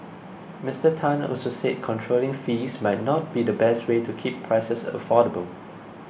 Mister Tan also said controlling fees might not be the best way to keep prices affordable